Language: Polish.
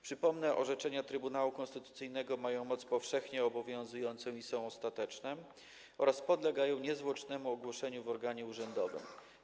Przypomnę: orzeczenia Trybunału Konstytucyjnego mają moc powszechnie obowiązującą i są ostateczne oraz podlegają niezwłocznemu ogłoszeniu w organie urzędowym.